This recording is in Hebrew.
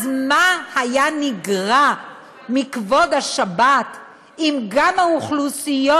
אז מה היה נגרע מכבוד השבת אם גם האוכלוסיות